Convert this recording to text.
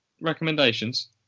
recommendations